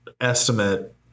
estimate